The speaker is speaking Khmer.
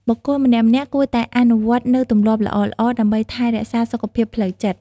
បុគ្គលម្នាក់ៗគួរតែអនុវត្តនូវទម្លាប់ល្អៗ ដើម្បីថែរក្សាសុខភាពផ្លូវចិត្ត។